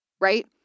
right